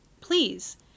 please